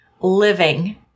Living